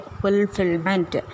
fulfillment